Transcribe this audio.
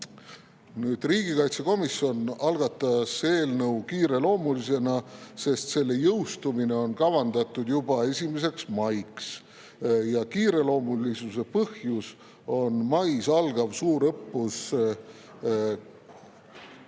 Riigikaitsekomisjon algatas eelnõu kiireloomulisena, sest selle jõustumine on kavandatud juba 1. maiks. Kiireloomulisuse põhjus on mais algav suurõppus